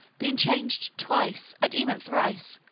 been changed twice, and even thrice,